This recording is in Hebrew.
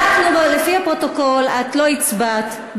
בדקנו, ולפי הפרוטוקול את לא הצבעת.